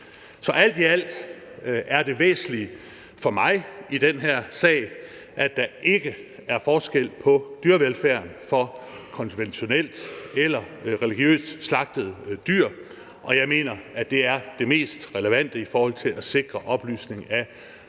Så alt i alt er det væsentlige for mig i den her sag, at der ikke er forskel på dyrevelfærd for konventionelt eller religiøst slagtede dyr, og jeg mener, at det er det mest relevante i forhold til at sikre oplysning af